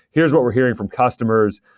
here's what we're hearing from customers.